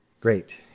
Great